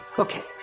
okay.